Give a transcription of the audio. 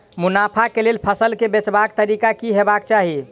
मुनाफा केँ लेल फसल केँ बेचबाक तरीका की हेबाक चाहि?